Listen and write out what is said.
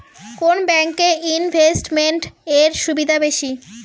কোন ব্যাংক এ ইনভেস্টমেন্ট এর সুবিধা বেশি?